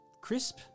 crisp